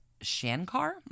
Shankar